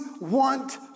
want